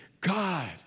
God